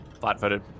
Flat-footed